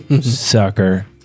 Sucker